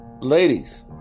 ladies